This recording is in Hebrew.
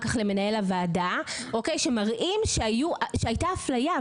כך למנהל הוועדה שמראים שהייתה הפליה,